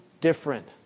different